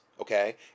okay